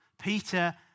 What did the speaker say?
Peter